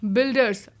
Builders